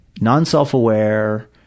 non-self-aware